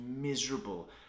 miserable